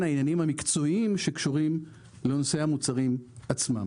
העניינים המקצועיים שקשורים לנושא המוצרים עצמם.